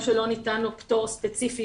או שלא ניתן לו פטור ספציפי